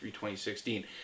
2016